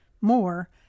more